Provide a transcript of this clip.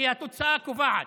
כי התוצאה קובעת.